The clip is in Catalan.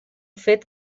fet